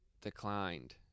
declined